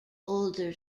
older